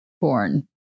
born